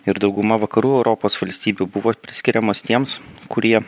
ir dauguma vakarų europos valstybių buvo priskiriamos tiems kurie